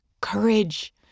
courage